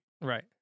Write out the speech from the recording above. right